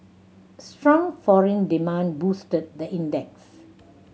strong foreign demand boosted the index